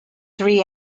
three